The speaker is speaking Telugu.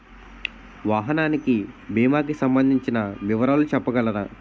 వాహనానికి భీమా కి సంబందించిన వివరాలు చెప్పగలరా?